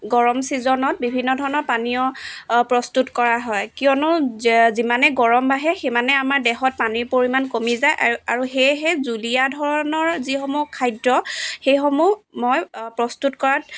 গৰম ছিজনত বিভিন্ন ধৰণৰ পানীয় প্ৰস্তুত কৰা হয় কিয়নো য যিমানে গৰম বাঢ়ে সিমানে আমাৰ দেহত পানীৰ পৰিমাণ কমি যায় আৰু আৰু সেয়েহে জুলীয়া ধৰণৰ যিসমূহ খাদ্য সেইসমূহ মই প্ৰস্তুত কৰাত